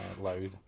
loud